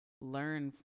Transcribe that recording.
learn